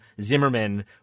Zimmerman